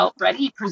Ready